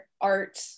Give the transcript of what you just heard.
art